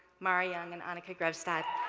mari young and anika grevstad.